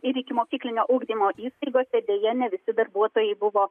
ir ikimokyklinio ugdymo įstaigose deja ne visi darbuotojai buvo